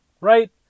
right